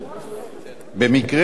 במקרה של חקלאי,